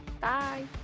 Bye